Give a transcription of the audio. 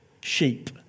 sheep